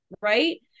right